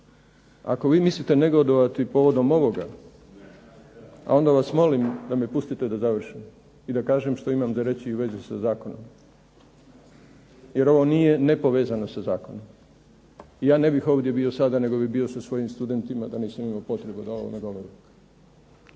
Ako vi mislite negodovati povodom ovoga, a onda vas molim da me pustite da završim i da kažem što imam za reći i u vezi sa zakonom, jer ovo nije nepovezano sa zakonom. Ja ne bih ovdje bio sada nego bi bio sa svojim studentima da nisam imao potrebu da o ovome govorim.